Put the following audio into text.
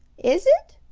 is it?